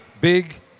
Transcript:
big